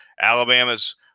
Alabama's